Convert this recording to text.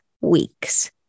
weeks